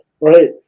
right